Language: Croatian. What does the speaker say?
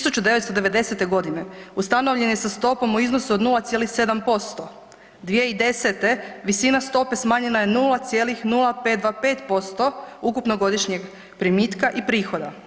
1990. godine ustanovljen je sa stopom u iznosu od 0,7%, 2010. visina stope smanjena je na 0,0525% ukupnog godišnjeg primitka i prihoda.